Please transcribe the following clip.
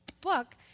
book